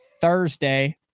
Thursday